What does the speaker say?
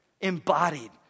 embodied